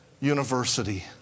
University